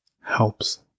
helps